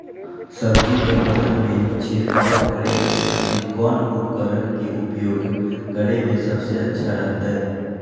सब्जी के फसल में छिड़काव करे के खातिर कौन उपकरण के उपयोग करें में सबसे अच्छा रहतय?